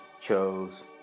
chose